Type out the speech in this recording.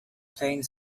plane